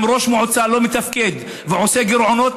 אם ראש מועצה לא מתפקד ועושה גירעונות,